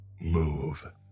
move